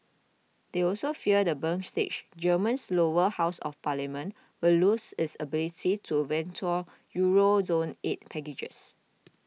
they also fear the Bundestag Germany's lower house of parliament would lose its ability to veto Euro zone aid packages